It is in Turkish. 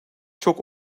çok